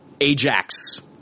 Ajax